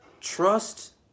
trust